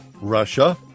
Russia